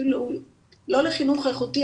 אפילו לא לחינוך איכותי,